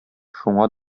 шуңа